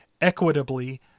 equitably